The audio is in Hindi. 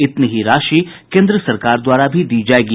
इतनी ही राशि कोन्द्र सरकार द्वारा भी दी जायेगी